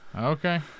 Okay